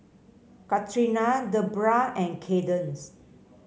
Katrina Debbra and Kaydence